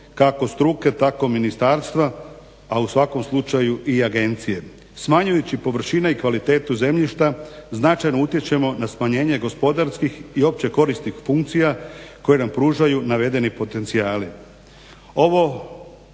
kako struke, tako ministarstva, a u svakom slučaju i agencije. Smanjujući površine i kvalitetu zemljišta značajno utječemo na smanjenje gospodarskih i opće korisnih funkcija koje na pružaju navedeni potencijali.